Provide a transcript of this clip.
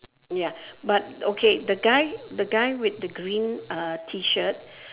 ya but okay the guy the guy with the green uh tee shirt